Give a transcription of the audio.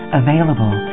available